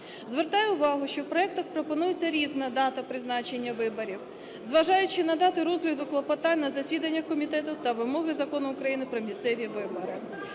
Звертаю увагу, що в проектах пропонується різна дата призначення виборів, зважаючи на дати розгляду клопотань на засіданнях комітету та вимоги Закону України "Про місцеві вибори".